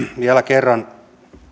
vielä kerran